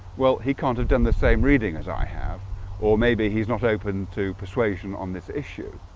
well, he can't have done the same reading as i have or maybe he's not open to persuasion on this issue